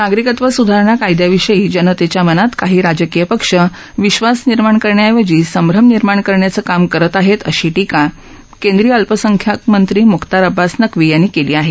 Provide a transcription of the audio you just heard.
नागरिकत्व सुधारणा कायदयाविषयी जनतेच्या मनात काही राजकीय पक्ष विश्वास निर्माण करण्याऐवजी संभ्रम निर्माण करण्यांच काम करत आहेत अशी टीका केंद्रीय अल्पसंख्याकमंत्री म्ख्तार अब्बास नकवी यांनी केली आहे